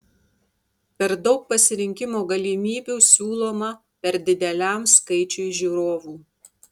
per daug pasirinkimo galimybių siūloma per dideliam skaičiui žiūrovų